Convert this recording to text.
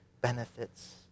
benefits